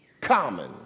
common